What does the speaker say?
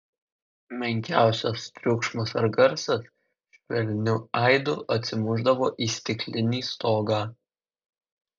menkiausias triukšmas ar garsas švelniu aidu atsimušdavo į stiklinį stogą